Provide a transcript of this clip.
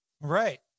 right